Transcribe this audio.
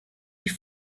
die